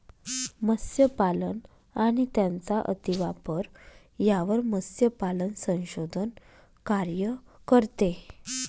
मत्स्यपालन आणि त्यांचा अतिवापर यावर मत्स्यपालन संशोधन कार्य करते